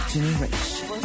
Generation